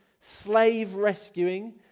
slave-rescuing